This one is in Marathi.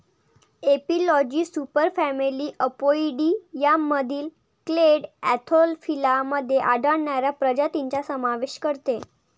एपिलॉजी सुपरफॅमिली अपोइडियामधील क्लेड अँथोफिला मध्ये आढळणाऱ्या प्रजातींचा समावेश करते